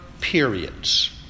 periods